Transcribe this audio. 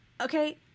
Okay